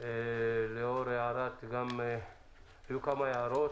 לאחר שהיו כמה הערות,